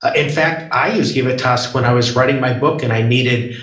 in fact, i used givitas when i was writing my book and i needed,